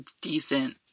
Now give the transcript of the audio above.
decent